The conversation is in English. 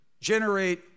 generate